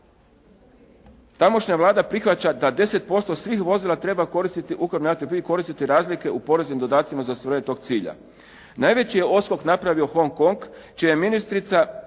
Tamošnja Vlada prihvaća da 10% svih vozila treba koristiti ukapljeni naftni plin koristiti razlike u poreznim dodacima za ostvarenje tog cilja. Najveći je odskok napravio Hong Kong čija je ministrica